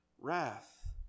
wrath